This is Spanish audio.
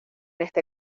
este